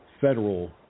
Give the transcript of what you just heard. Federal